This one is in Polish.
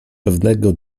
pewnego